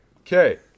Okay